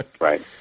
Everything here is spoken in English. Right